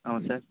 ஆமாம் சார்